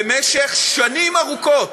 במשך שנים ארוכות,